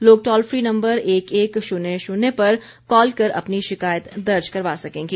लोग toll free number एक एक शून्य शून्य पर कॉल कर अपनी शिकायत दर्ज करवा सकेंगे